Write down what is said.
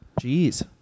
Jeez